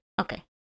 Okay